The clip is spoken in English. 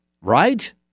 right